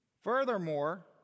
Furthermore